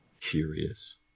curious